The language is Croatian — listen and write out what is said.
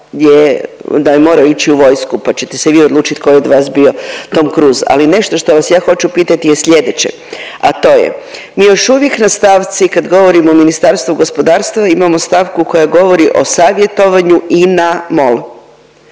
da je morao ići u vojsku pa ćete se vi odlučiti ko je od vas bio Tom Cruise. Ali nešto što vas ja hoću pitati je sljedeće, a to je mi još uvijek na stavci kada govorimo o Ministarstvu gospodarstva imamo stavku koja govori o savjetovanju INA-MOL.